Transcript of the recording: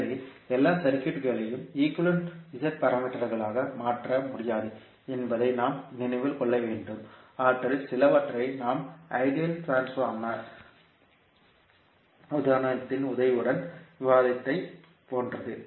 எனவே எல்லா சர்க்யூட்களையும் ஈக்குவேலன்ட் Z பாராமீட்டர்களாக மாற்ற முடியாது என்பதை நாம் நினைவில் கொள்ள வேண்டும் அவற்றில் சிலவற்றை நாம் ஐடியல் டிரான்ஸ்பார்மர் உதாரணத்தின் உதவியுடன் விவாதித்ததைப் போன்றது